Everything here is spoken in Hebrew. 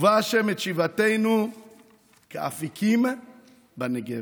"שובה ה' את שביתנו כאפיקים בנגב".